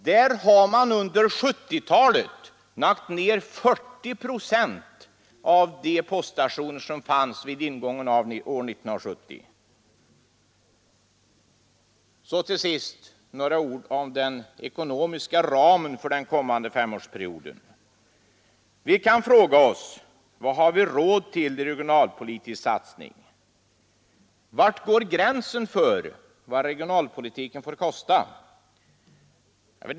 Där har man under 1970-talet lagt ned 40 procent av de poststationer som fanns vid ingången av år 1970. Så till sist några ord om den ekonomiska ramen för den kommande femårsperioden. Vi kan fråga oss: Vad har vi råd till i regionalpolitisk satsning? Var går gränsen för vad regionalpolitiken får kosta?